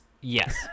Yes